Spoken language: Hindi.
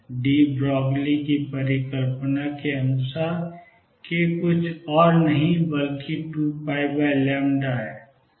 डी ब्रोगली De Broglie's की परिकल्पना के अनुसार k कुछ और नहीं बल्कि 2π है